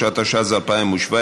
התשע"ז 2017,